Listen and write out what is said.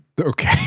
Okay